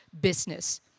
business